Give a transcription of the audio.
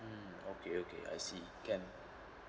mm okay okay I see can